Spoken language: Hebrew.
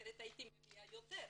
אחרת הייתי מביאה יותר.